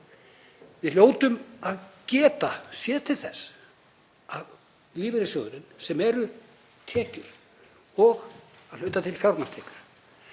Við hljótum að geta séð til þess að lífeyrissjóðurinn, sem eru tekjur og að hluta til fjármagnstekjur